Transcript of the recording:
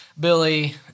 Billy